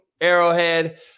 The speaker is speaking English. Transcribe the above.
Arrowhead